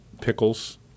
pickles